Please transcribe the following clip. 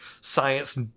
science